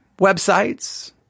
websites